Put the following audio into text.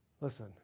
Listen